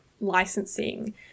licensing